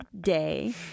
day